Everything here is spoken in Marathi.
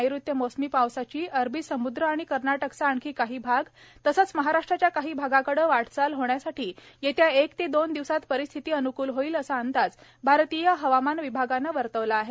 नैऋत्य मोसमी पावसाची अरबी समुद्र आणि कर्नाटकचा आणखी काही भाग तसच महाराष्ट्राच्या काही भागाकडे वाटचाल होण्यासाठी येत्या एक ते दोन दिवसात परिस्थिती अन्कूल होईल असा अंदाज भारतीय हवामान विभागानं वर्तवला आहे